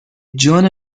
جان